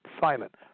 silent